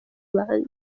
banjye